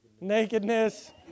Nakedness